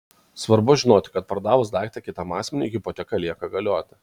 svarbu žinoti kad pardavus daiktą kitam asmeniui hipoteka lieka galioti